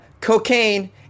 cocaine